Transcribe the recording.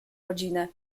rodzinę